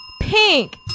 pink